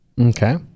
Okay